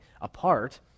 apart